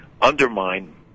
undermine